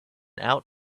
out